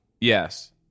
Yes